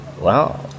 wow